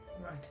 right